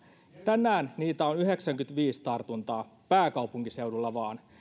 tänään niitä on yhdeksänkymmentäviisi tartuntaa pääkaupunkiseudulla vain